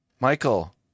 Michael